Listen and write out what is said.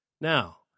Now